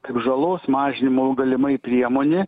kaip žalos mažinimo galimai priemonė